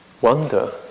wonder